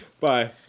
Bye